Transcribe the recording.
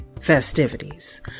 festivities